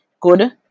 good